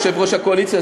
יושב-ראש הקואליציה,